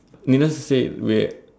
we must say we're